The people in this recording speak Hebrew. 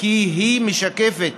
שהיא משקפת